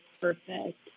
perfect